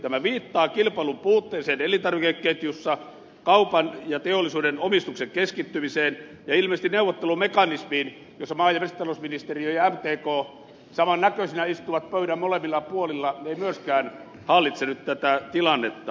tämä viittaa kilpailun puutteeseen elintarvikeketjussa kaupan ja teollisuuden omistuksen keskittymiseen ja ilmeisesti neuvottelumekanismi jossa maa ja metsätalousministeriö ja mtk samannäköisinä istuvat pöydän molemmilla puolilla ei myöskään hallitse tätä tilannetta